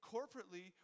corporately